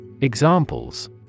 Examples